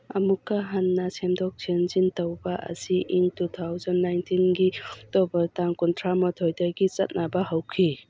ꯑꯃꯨꯛꯀ ꯍꯟꯅ ꯁꯦꯝꯗꯣꯛ ꯁꯦꯝꯖꯤꯟ ꯇꯧꯕ ꯑꯁꯤ ꯏꯪ ꯇꯨ ꯊꯥꯎꯖꯟ ꯅꯥꯏꯟꯇꯤꯟꯒꯤ ꯑꯣꯛꯇꯣꯕꯔ ꯇꯥꯡ ꯀꯨꯟꯊ꯭ꯔꯥ ꯃꯥꯊꯣꯏꯗꯒꯤ ꯆꯠꯅꯕ ꯍꯧꯈꯤ